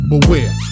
Beware